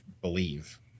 believe